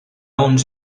uns